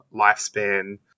lifespan